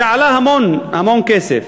זה עלה המון, המון כסף.